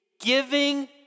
giving